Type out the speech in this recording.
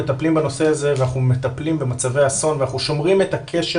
טפלים בנושא הזה ואנחנו מטפלים במצבי אסון ואנחנו שומרים את הקשר